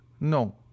no